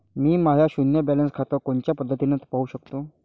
मी माय शुन्य बॅलन्स खातं कोनच्या पद्धतीनं पाहू शकतो?